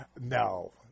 No